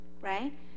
right